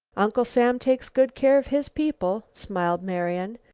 uncle sam takes good care of his people, smiled marian,